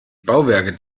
bauwerke